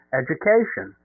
education